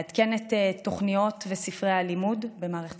לעדכן את תוכניות וספרי הלימוד במערכת